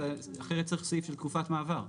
אחרת צריך סעיף של תקופת מעבר בחוק.